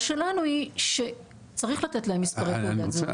שלנו היא שצריך לתת להם מספרי תעודת זהות.